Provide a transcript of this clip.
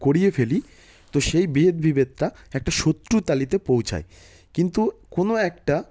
করিয়ে ফেলি তো সেই ভেদ বিভেদটা একটা শত্রুর তালিতে পৌঁছায় কিন্তু কোনো একটা